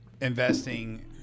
investing